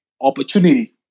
opportunity